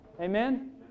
Amen